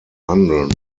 handeln